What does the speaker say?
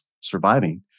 surviving